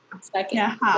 Second